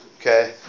okay